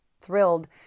thrilled